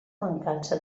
mancança